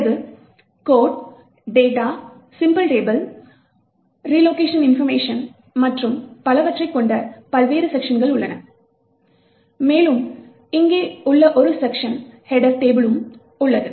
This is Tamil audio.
பிறகு code data symbol table relocation information மற்றும் பலவற்றைக் கொண்ட பல்வேறு செக்க்ஷன்கள் உள்ளது மேலும் இங்கே ஒரு செக்க்ஷன் ஹெட்டர் டேபிளும் உள்ளது